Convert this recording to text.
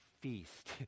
feast